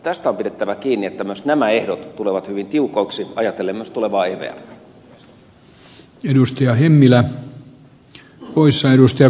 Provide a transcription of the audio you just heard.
tästä on pidettävä kiinni että myös nämä ehdot tulevat hyvin tiukoiksi ajatellen myös tulevaa evmää